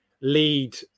lead